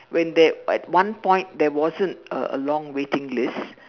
when there at one point there wasn't a a long waiting list